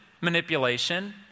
manipulation